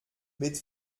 mit